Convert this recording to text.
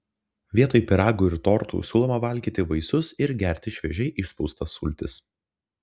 vietoj pyragų ir tortų siūloma valgyti vaisius ir gerti šviežiai išspaustas sultis